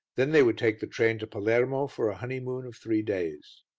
then they would take the train to palermo for a honeymoon of three days.